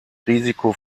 risiko